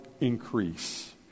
increase